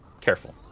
careful